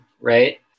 Right